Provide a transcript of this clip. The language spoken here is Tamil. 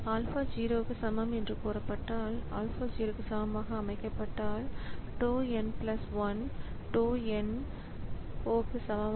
ஆல்பா 0 க்கு சமம் என்று கூறப்பட்டால் ஆல்பா 0 க்கு சமமாக அமைக்கப்பட்டால் tau n 1 tau n ok க்கு சமம்